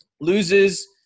loses